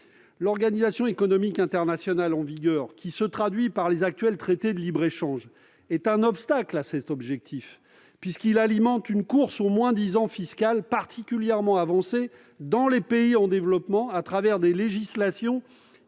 L'organisation économique internationale en vigueur, qui se traduit par les actuels traités de libre-échange, est un obstacle à cet objectif, puisqu'elle alimente une course au moins-disant fiscal particulièrement avancée dans les pays en développement, à travers des législations